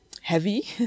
heavy